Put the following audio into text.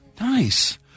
Nice